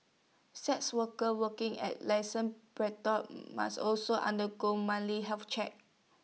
sex workers working at licensed brothels must also undergo monthly health checks